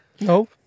No